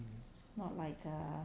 not like err